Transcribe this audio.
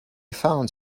found